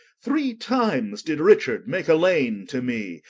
three times did richard make a lane to me,